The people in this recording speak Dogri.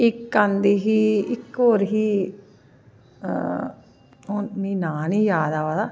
इक आंदी ही इक होर ही हून मिगी नांऽ ना याद अवा दा